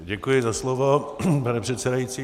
Děkuji za slovo, pane předsedající.